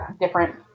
different